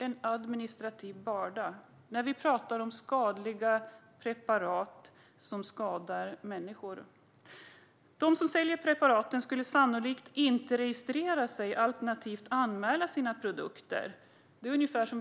En administrativ börda - vi talar om farliga preparat som skadar människor! De som säljer preparaten skulle sannolikt inte registrera sig alternativt anmäla sina produkter, menar man.